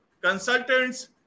consultants